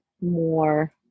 more